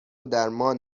درمان